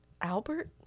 Albert